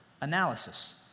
analysis